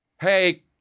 Hey